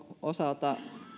osalta